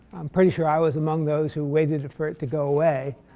i'm pretty sure i was among those who waited for it to go away,